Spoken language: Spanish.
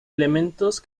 elementos